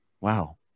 Wow